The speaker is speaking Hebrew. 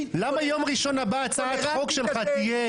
למה יום ראשון הבא הצעת החוק שלך תהיה